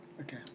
Okay